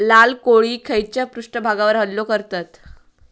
लाल कोळी खैच्या पृष्ठभागावर हल्लो करतत?